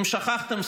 אם שכחתם,